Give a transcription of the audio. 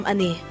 Ani